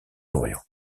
orient